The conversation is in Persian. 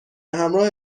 همراه